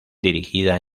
dirigida